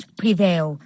prevail